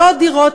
לא דירות,